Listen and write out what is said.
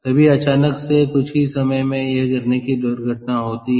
तभी अचानक से संदर्भ समय 1730 कुछ ही समय में यह गिरने की दुर्घटना होती है